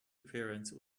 appearance